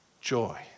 joy